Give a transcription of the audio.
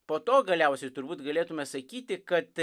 po to galiausiai turbūt galėtume sakyti kad